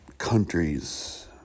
Countries